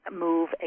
move